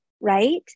Right